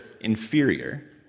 inferior